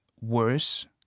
worse